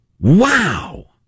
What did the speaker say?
Wow